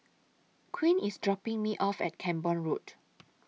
Quint IS dropping Me off At Camborne Road